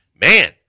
man